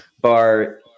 bar